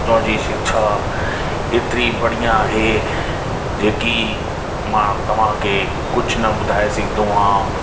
हुतों जी शिक्षा एतिरी बढ़िया आहे जेकी मां तव्हांखे कुझु न ॿुधाइ सघंदो आहिंया